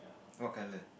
what colour